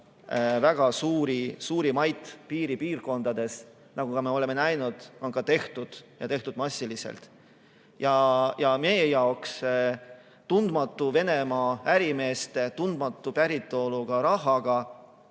väga suuri maid piiri piirkondades, mida me oleme näinud, et on ka tehtud, ja tehtud massiliselt. Meie jaoks tundmatute Venemaa ärimeeste tundmatu päritolu rahaga